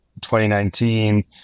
2019